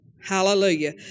Hallelujah